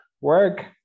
work